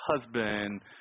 husband